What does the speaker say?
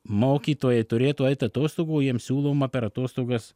mokytojai turėtų eit atostogų jiem siūloma per atostogas